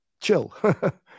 chill